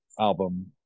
album